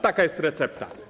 Taka jest recepta.